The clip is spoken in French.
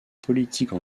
politique